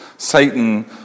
Satan